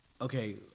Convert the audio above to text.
okay